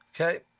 Okay